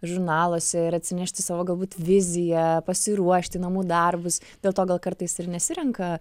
žurnaluose ir atsinešti savo galbūt viziją pasiruošti namų darbus dėl to gal kartais ir nesirenka